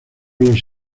los